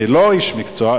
כלא איש מקצוע,